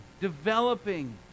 developing